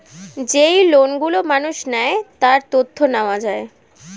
যেই লোন গুলো মানুষ নেয়, তার তথ্য নেওয়া যায়